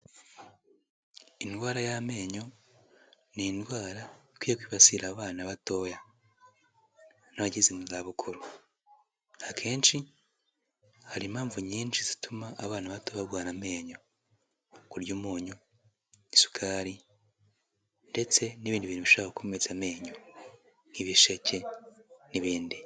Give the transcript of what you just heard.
Indwara y'amenyo ni indwara ikwiye kwibasira abana batoya n'abageze mu zabukuru. Akenshi hari impamvu nyinshi zituma abana bato barwara amenyo, kurya umunyu, isukari ndetse n'ibindi bintu bishobora gukomeretsa amenyo nk'ibisheke n'ibindi.